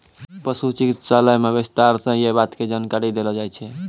पशु चिकित्सालय मॅ विस्तार स यै बात के जानकारी देलो जाय छै